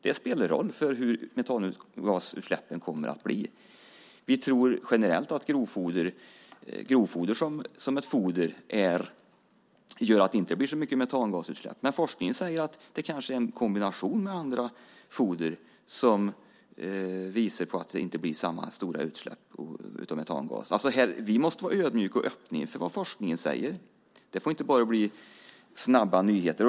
Det spelar roll för hur metangasutsläppen kommer att bli. Vi tror generellt att grovfoder gör att det inte blir så mycket metangasutsläpp. Men forskningen säger att det kanske är en kombination med andra foder som gör att det inte blir samma stora utsläpp av metangas. Vi måste vara ödmjuka och öppna inför vad forskningen säger. Det får inte bara bli snabba nyheter.